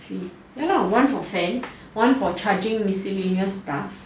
three ya lah one for fan one for charging miscellaneous stuff